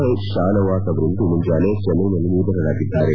I Shanavas ಅವರಿಂದು ಮುಂಜಾನೆ ಚೆನ್ನೈನಲ್ಲಿ ನಿಧನರಾಗಿದ್ದಾರೆ